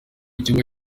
cyumba